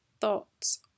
thoughts